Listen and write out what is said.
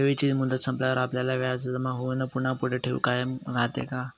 ठेवीची मुदत संपल्यावर व्याज जमा होऊन पुन्हा पुढे ठेव कायम राहते का?